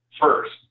first